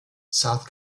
south